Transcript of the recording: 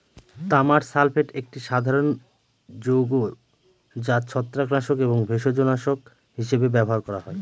তামার সালফেট একটি সাধারণ যৌগ যা ছত্রাকনাশক এবং ভেষজনাশক হিসাবে ব্যবহার করা হয়